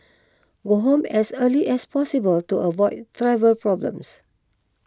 go home as early as possible to avoid travel problems